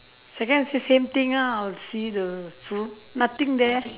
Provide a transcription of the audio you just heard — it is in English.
second also same thing ah I'll see the fruit nothing there